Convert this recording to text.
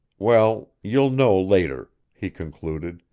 well, you'll know later, he concluded,